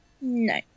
No